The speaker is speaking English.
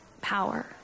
power